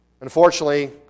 Unfortunately